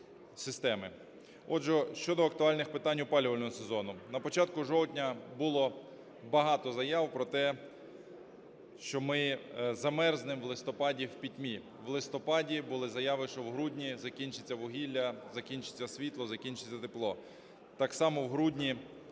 Отже, щодо актуальних питань опалювального сезону. На початку жовтня було багато заяв про те, що ми замерзнемо в листопаді в пітьмі. В листопаді були заяви, що у грудні закінчиться вугілля, закінчиться світло, закінчиться тепло. Так само у грудні